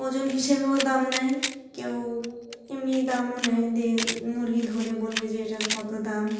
ওজন হিসেবেও দাম নেয় কেউ এমনি দামও নেয় দিয়ে মুরগি ধরে বলবে যে এটার কত দাম